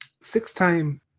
six-time